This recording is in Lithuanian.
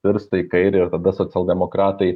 virsta į kairę ir tada socialdemokratai